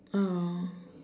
ah